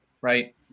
right